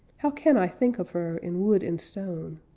how can i think of her in wood and stone!